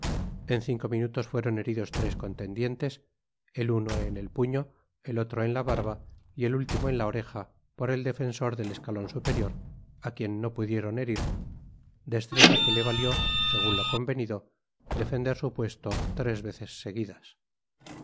en cinco minutos fueron heridos tres contendientes el uno en el puño el otro en la barba y el último en la oreja por el defensor del escalon superior á quien no pudieron herir destreza que le valió segun lo convenido defender su puesto tres veces seguidas